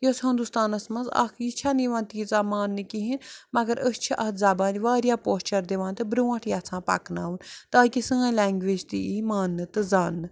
یۄس ہُندوستانس منٛز اَکھ یہِ چھَنہٕ یِوان تیٖژاہ مانٛنہٕ کِہیٖنۍ مگر أسۍ چھِ اَتھ زبانہِ واریاہ پوچر دِوان تہٕ برونٛٹھ یَژھان پَکناوُن تاکہِ سٲنۍ لینٛگویج تہِ یی مانٛنہٕ تہٕ زانٛنہٕ